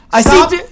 Stop